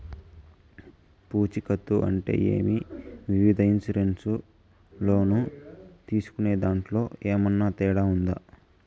పూచికత్తు అంటే ఏమి? వివిధ ఇన్సూరెన్సు లోను తీసుకునేదాంట్లో ఏమన్నా తేడా ఉందా?